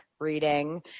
reading